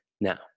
Now